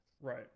Right